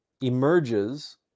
emerges